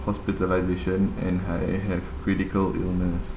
hospitalisation and I have critical illness